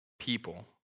people